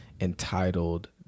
entitled